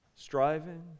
Striving